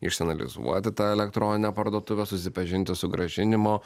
išsianalizuoti tą elektroninę parduotuvę susipažinti su grąžinimo